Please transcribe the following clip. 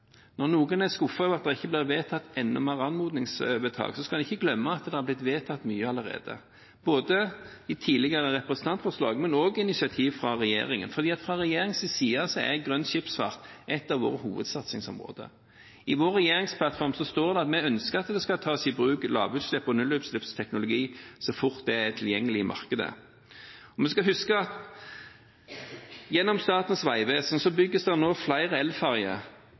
Når noen er skuffet over at det ikke blir vedtatt enda flere anmodningsvedtak, skal man ikke glemme at det er blitt vedtatt mye allerede, både i tidligere representantforslag og også etter initiativ fra regjeringen. Fra regjeringens side er grønn skipsfart et av våre hovedsatsingsområder. I vår regjeringsplattform står det at vi ønsker at det skal tas i bruk lavutslipps- og nullutslippsteknologi så fort det er tilgjengelig i markedet. Vi skal huske at gjennom Statens vegvesen bygges det nå flere